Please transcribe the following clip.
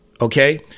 Okay